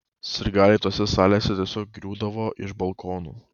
sirgaliai tose salėse tiesiog griūdavo iš balkonų